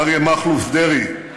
אריה מכלוף דרעי,